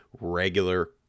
regular